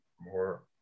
more